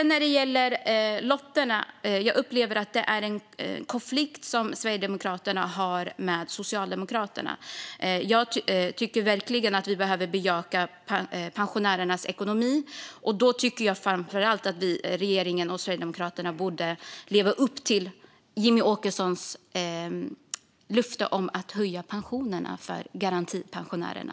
När det gäller lotterna upplever jag att detta är en konflikt som Sverigedemokraterna har med Socialdemokraterna. Jag tycker verkligen att vi behöver bejaka pensionärernas ekonomi, och jag tycker framför allt att regeringen och Sverigedemokraterna borde leva upp till Jimmie Åkessons löfte om att höja pensionerna för garantipensionärerna.